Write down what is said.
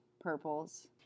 purples